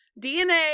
DNA